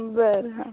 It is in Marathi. बरं हा